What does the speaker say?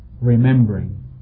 remembering